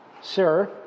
Sir